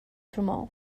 promou